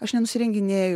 aš nenusirenginėju